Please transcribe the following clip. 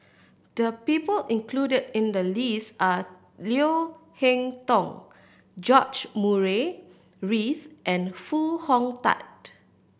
the people included in the list are Leo Hee Tong George Murray Reith and Foo Hong Tatt